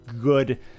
good